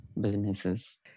businesses